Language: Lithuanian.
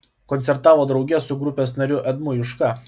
koncertavo drauge su grupės nariu edmu juška